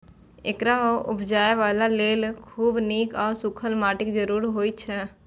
एकरा उपजाबय लेल खूब नीक सं सूखल माटिक जरूरत होइ छै